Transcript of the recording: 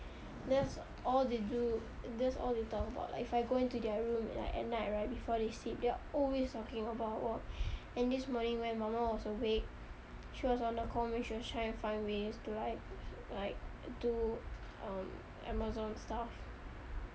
that's all they do this all they talk about like if I go into their room at like at night right before they sleep they're always talking about work and this morning when mama was awake she was on the comp then she was trying to find ways to like like do um amazon stuff